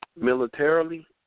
militarily